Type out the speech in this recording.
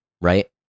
right